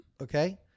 Okay